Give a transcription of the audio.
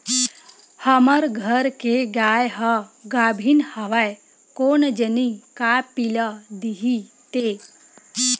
हमर घर के गाय ह गाभिन हवय कोन जनी का पिला दिही ते